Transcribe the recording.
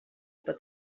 pot